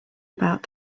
about